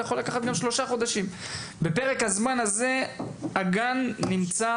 וזה יכול לקחת גם שלושה חודשים הגן נמצא,